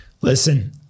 Listen